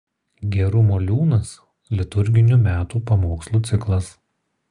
gerumo liūnas liturginių metų pamokslų ciklas